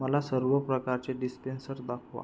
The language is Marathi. मला सर्व प्रकारचे डिस्पेंसर दाखवा